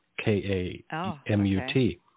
K-A-M-U-T